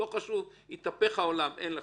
לא חשוב אם יתהפך העולם, אין לך.